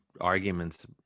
arguments